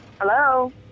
Hello